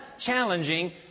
challenging